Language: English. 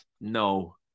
No